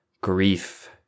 grief